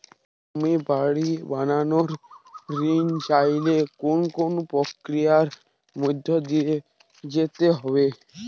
আমি বাড়ি বানানোর ঋণ চাইলে কোন কোন প্রক্রিয়ার মধ্যে দিয়ে যেতে হবে?